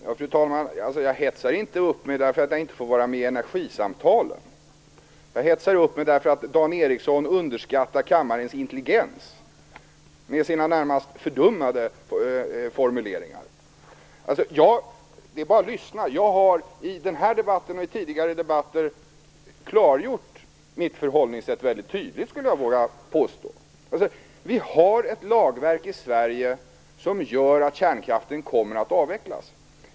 Fru talman! Jag hetsar inte upp mig därför att jag inte får vara med i energisamtalen. Jag hetsar upp mig därför att Dan Ericsson underskattar kammarens intelligens, med sina fördummande formuleringar. Det är bara att lyssna. Jag har i den här debatten och i tidigare debatter klargjort mitt förhållningssätt väldigt tydligt, skulle jag våga påstå. Vi har ett lagverk i Sverige som gör att kärnkraften kommer att avvecklas.